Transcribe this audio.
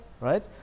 right